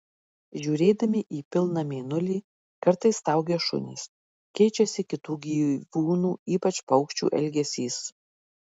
žiūrėdami į pilną mėnulį kartais staugia šunys keičiasi kitų gyvūnų ypač paukščių elgesys